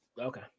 Okay